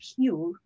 pure